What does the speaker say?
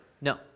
no